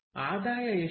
ಆದಾಯ ಎಷ್ಟು